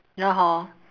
ya hor